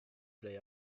play